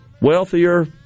wealthier